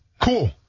Cool